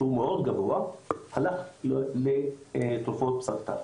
שהוא מאוד גבוה, הלך לתרופות לסרטן.